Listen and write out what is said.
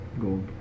Gold